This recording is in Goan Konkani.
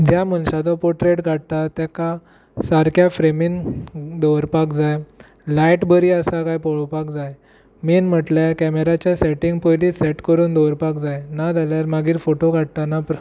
ज्या मनशाचो पोर्ट्रेट काडटा तेका सारक्या फ्रेमींत दवरपाक जाय लायट बरी आसा कांय पळोवपाक जाय मेन म्हटल्यार कॅमेराचें सेटिंग पयली सेट करून दवरपाक जाय ना जाल्यार मागीर फोटो काडटना प्र